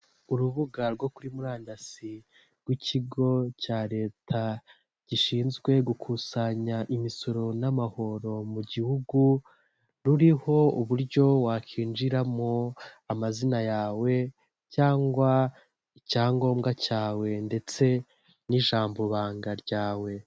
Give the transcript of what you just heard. Urubuga rwo kuri murandasi rw'ikigo cya leta gishinzwe gukusanya imisoro n'amahoro mu gihugu, ruriho uburyo wakinjiramo, amazina yawe cyangwa icyangombwa cyawe ndetse n'ijambo ibanga ryawe.